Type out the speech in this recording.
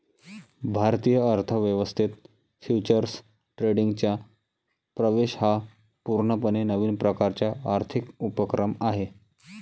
भारतीय अर्थ व्यवस्थेत फ्युचर्स ट्रेडिंगचा प्रवेश हा पूर्णपणे नवीन प्रकारचा आर्थिक उपक्रम आहे